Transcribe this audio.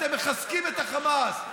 אתם מחזקים את החמאס.